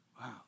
Wow